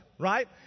Right